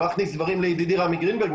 לא אכניס דברים לידידי רמי גרינברג.